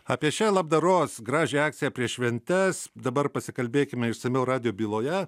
apie šią labdaros gražią akciją prieš šventes dabar pasikalbėkime išsamiau radijo byloje